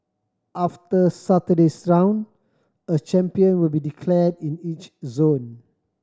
after Saturday's round a champion will be declared in each zone